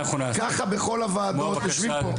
ככה בכל הוועדות יושבים פה.